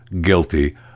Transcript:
guilty